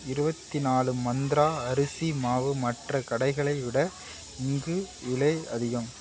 இருபத்தி நாலு மந்த்ரா அரிசி மாவு மற்ற கடைகளை விட இங்கு விலை அதிகம்